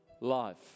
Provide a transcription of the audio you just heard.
life